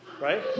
Right